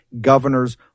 governors